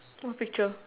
what picture